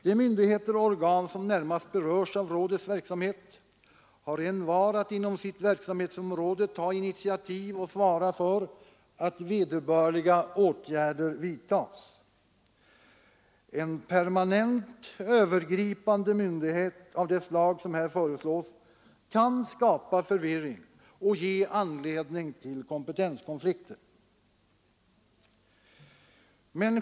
De myndigheter och organ som närmast berörs av rådets verksamhet har envar att inom sitt verksamhetsområde ta initiativ och svara för att vederbörliga åtgärder vidtas. En permanent, övergripande myndighet av det slag som här föreslås kan skapa förvirring och ge anledning till kompetenskonflikter.